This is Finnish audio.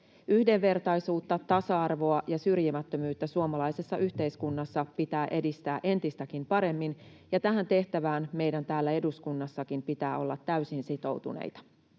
Yhdenvertaisuutta, tasa-arvoa ja syrjimättömyyttä suomalaisessa yhteiskunnassa pitää edistää entistäkin paremmin, ja tähän tehtävään meidän täällä eduskunnassakin pitää olla täysin sitoutuneita.